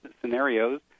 scenarios